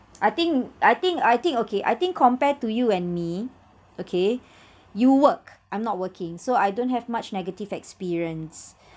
I think I think I think okay I think compared to you and me okay you work I'm not working so I don't have much negative experience